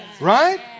right